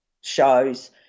shows